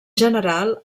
general